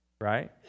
Right